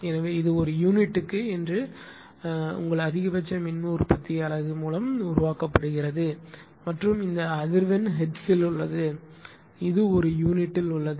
எனவே இது ஒரு யூனிட்டுக்கு என்று உங்கள் அதிகபட்ச மின் உற்பத்தி அலகு மூலம் உருவாக்கப்படுகிறது மற்றும் இந்த அதிர்வெண் ஹெர்ட்ஸில் உள்ளது இது ஒரு யூனிட்டில் உள்ளது